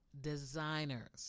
designers